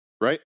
Right